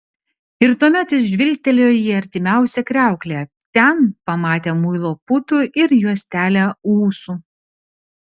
ir tuomet jis žvilgtelėjo į artimiausią kriauklę ten pamatė muilo putų ir juostelę ūsų